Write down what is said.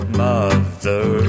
mother